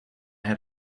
had